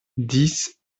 dix